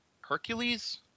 Hercules